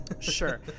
Sure